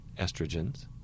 estrogens